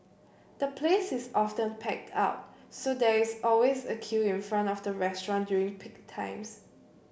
the place is often packed out so there is always a queue in front of the restaurant during peak times